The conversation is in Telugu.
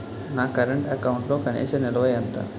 నా కరెంట్ అకౌంట్లో కనీస నిల్వ ఎంత?